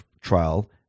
trial